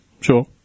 sure